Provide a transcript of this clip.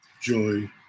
joy